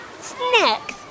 snacks